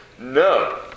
No